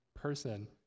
person